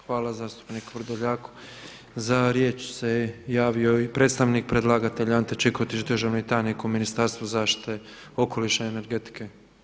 Hvala zastupniku Vrdoljaku. za riječ se javio i predstavnik predlagatelja Ante Čikotić, državni tajnik u Ministarstvu zaštite okoliša i energetike.